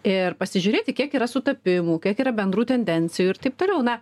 ir pasižiūrėti kiek yra sutapimų kiek yra bendrų tendencijų ir taip toliau na